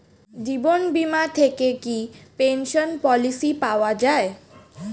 জীবন বীমা থেকে কি পেনশন পলিসি পাওয়া যায়?